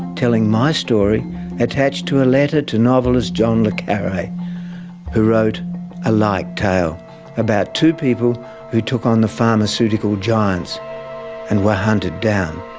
telling my story attached to a letter to novelist john le carre who wrote a like tale about two people who took on the pharmaceutical giants and were hunted down.